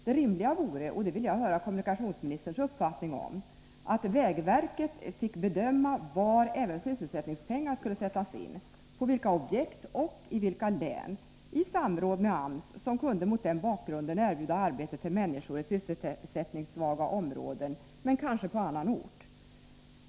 Det rimliga vore, och det vill jag höra kommunikationsministerns uppfattning om, att vägverket även fick bedöma var sysselsättningspengar skulle sättas in — på vilka objekt och i vilka län — i samråd med AMS, som mot den bakgrunden kunde erbjuda arbete till människor i sysselsättningssvaga områden, men kanske på annan ort.